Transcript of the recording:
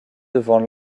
devant